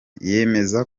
yemeza